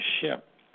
ship